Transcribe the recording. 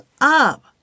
up